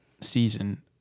season